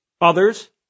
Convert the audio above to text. Others